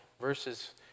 verses